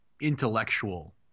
intellectual